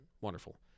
Wonderful